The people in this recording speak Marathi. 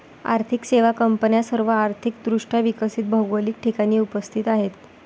आर्थिक सेवा कंपन्या सर्व आर्थिक दृष्ट्या विकसित भौगोलिक ठिकाणी उपस्थित आहेत